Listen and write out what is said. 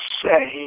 say